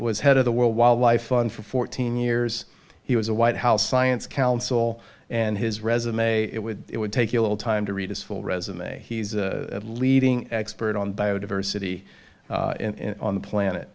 was head of the world wildlife fund for fourteen years he was a white house science council and his resume it would it would take you a little time to read his full resume he's a leading expert on bio diversity on the planet